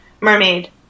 Mermaid